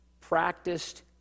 practiced